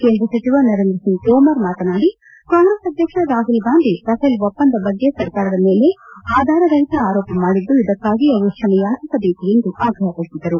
ಕೇಂದ್ರ ಸಚಿವ ನರೇಂದ್ರ ಸಿಂಗ್ ತೋಮರ್ ಮಾತನಾಡಿ ಕಾಂಗ್ರೆಸ್ ಅಧ್ಯಕ್ಷ ರಾಮಲ್ಗಾಂಧಿ ರಫೇಲ್ ಒಪ್ಪಂದ ಬಗ್ಗೆ ಸರ್ಕಾರದ ಮೇಲೆ ಆಧಾರ ರಹಿತ ಆರೋಪ ಮಾಡಿದ್ದು ಇದಕ್ಕಾಗಿ ಅವರು ಕ್ಷಮೆಯಾಚಿಸಬೇಕೆಂದು ಆಗ್ರಪ ಪಡಿಸಿದರು